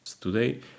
today